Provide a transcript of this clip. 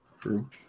True